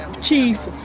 chief